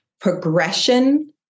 progression